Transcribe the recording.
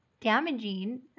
damaging